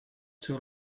zur